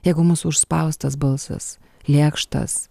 jeigu mūsų užspaustas balsas lėkštas